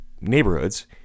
neighborhoods